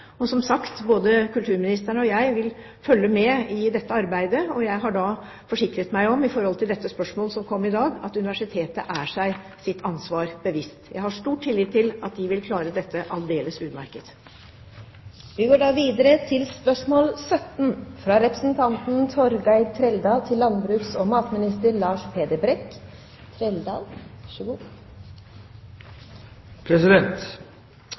Som sagt, både kulturministeren og jeg vil følge med på dette arbeidet, og jeg har forsikret meg om – med hensyn til spørsmålet i dag – at universitetet er seg sitt ansvar bevisst. Jeg har stor tillit til at de vil klare dette